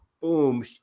boom